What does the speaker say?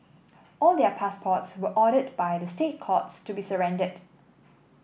all their passports were ordered by the State Courts to be surrendered